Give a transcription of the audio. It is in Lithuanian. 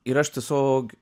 ir aš tiesiog